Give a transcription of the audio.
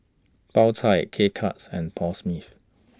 Po Chai K Cuts and Paul Smith